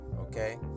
okay